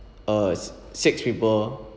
uh six people